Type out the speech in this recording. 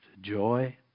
joy